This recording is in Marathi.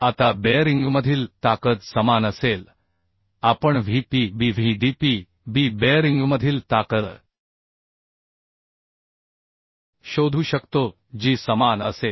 आता बेअरिंगमधील ताकद समान असेल आपण V PB V DPB बेअरिंगमधील ताकद शोधू शकतो जी समान असेल